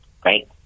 Great